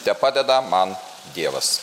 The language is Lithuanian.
tepadeda man dievas